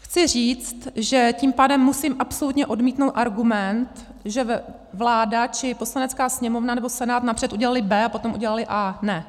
Chci říct, že tím pádem musím absolutně odmítnout argument, že vláda či Poslanecká sněmovna nebo Senát napřed udělaly B, a potom udělali A. Ne.